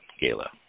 Gala